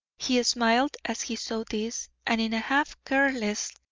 he smiled as he saw this, and in a half-careless,